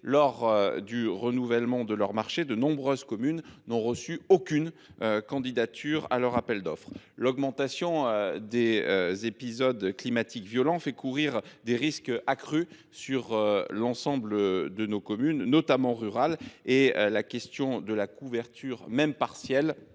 lors du renouvellement de leur marché, de nombreuses communes n’ont reçu aucune candidature à leur appel d’offres. L’augmentation des épisodes climatiques violents fait peser des risques accrus sur les communes, notamment rurales. La question de leur couverture, même partielle,